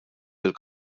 lill